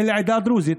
בן לעדה הדרוזית,